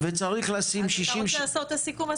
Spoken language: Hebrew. אז אתה רוצה לעשות את הסיכום?